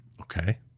Okay